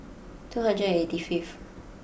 two hundred and eighty fifth